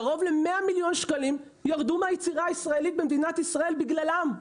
קרוב ל-100 מיליון שקלים ירדו מהיצירה הישראלית במדינת ישראל בגללם.